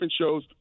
shows